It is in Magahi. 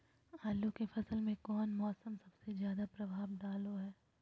आलू के फसल में कौन मौसम सबसे ज्यादा प्रभाव डालो हय?